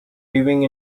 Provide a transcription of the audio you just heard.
living